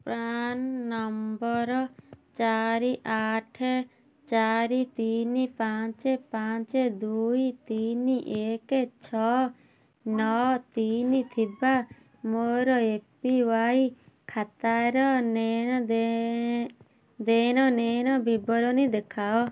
PRAN number ଚାରି ଆଠ ଚାରି ତିନି ପାଞ୍ଚ ପାଞ୍ଚ ଦୁଇ ତିନି ଏକ ଛଅ ନଅ ତିନି ଥିବା ମୋର ଏ ପି ୱାଇ ଖାତାର ଦେଣନେଣ ବିବରଣୀ ଦେଖାଅ